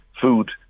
food